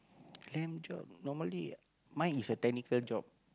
land job normally mine is a technical job